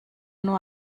nur